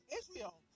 israel